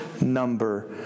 number